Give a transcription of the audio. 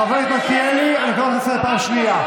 חבר הכנסת מלכיאלי, אני קורא אותך לסדר פעם שנייה.